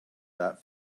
that